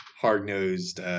hard-nosed